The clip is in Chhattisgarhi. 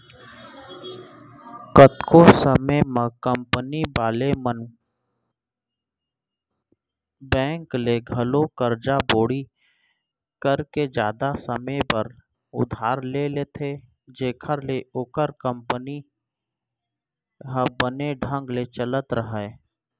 कतको समे म कंपनी वाले मन बेंक ले घलौ करजा बोड़ी करके जादा समे बर उधार ले लेथें जेखर ले ओखर कंपनी ह बने ढंग ले चलत राहय